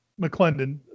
McClendon